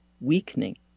weakening